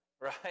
right